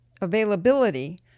availability